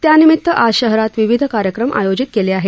त्यानिमित्त आज शहरात विविध कार्यक्रम आयोजित केले आहेत